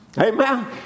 Amen